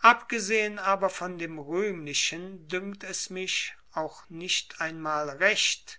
abgesehen aber von dem rühmlichen dünkt es mich auch nicht einmal recht